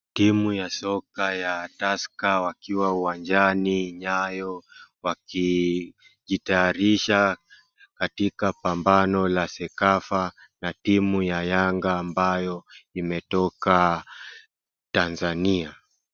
Timu ya soka ya Tusker wakiwa uwanjani nyayo, wakijitayarisha katika pambano ya sekafa, na timu ya Yanga ambayo imetoka Tanzania.